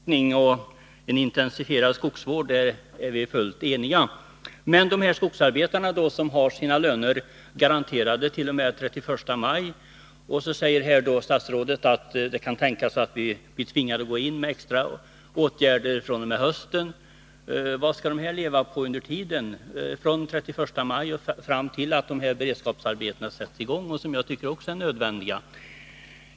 Herr talman! Om behovet av ökad avverkning och en intensifierad skogsvård är vi fullt eniga. Men jag vill återkomma till skogsarbetarna, som har sina löner garanteradet.o.m. den 31 maj. Statsrådet säger att det kan tänkas att vi blir tvungna att gå in med extra åtgärder fr.o.m. hösten. Vad skall de leva på under tiden från den 31 maj och fram till att dessa beredskapsarbeten, som också jag tycker är nödvändiga, sätts i gång?